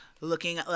looking